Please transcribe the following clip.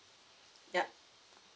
ya